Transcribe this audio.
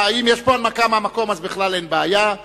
יש פה הנמקה מהמקום, ואז בכלל אין בעיה.